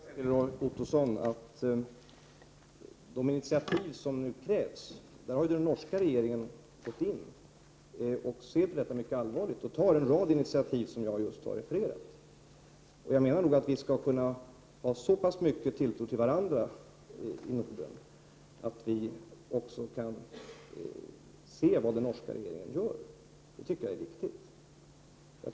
Herr talman! Jag vill till Roy Ottosson säga att när det gäller de initiativ som nu krävts har den norska regeringen gått in. Den ser mycket allvarligt på detta och har tagit en rad initiativ som jag nyss har refererat. Jag menar nog att vi skall kunna ha så pass mycket tilltro till varandra i Norden, och att vi ser till vad den norska regeringen gör. Det tycker jag är viktigt.